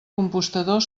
compostador